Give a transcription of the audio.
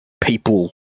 people